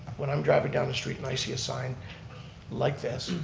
when i'm driving down the street and i see a sign like this,